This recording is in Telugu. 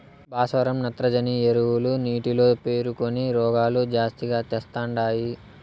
భాస్వరం నత్రజని ఎరువులు నీటిలో పేరుకొని రోగాలు జాస్తిగా తెస్తండాయి